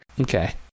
okay